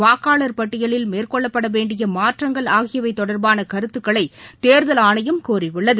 வாக்காளர் பட்டியலில் மேற்கொள்ளப்பட வேண்டிய மாற்றங்கள் ஆகியவை தொடர்பான கருத்துக்களை தேர்தல் ஆணையம் கோரியுள்ளது